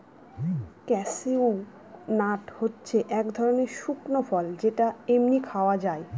cashew nut হচ্ছে এক ধরনের শুকনো ফল যেটা এমনি খাওয়া যায়